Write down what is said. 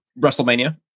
WrestleMania